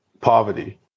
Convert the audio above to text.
poverty